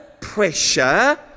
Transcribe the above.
pressure